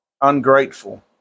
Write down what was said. ungrateful